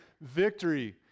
victory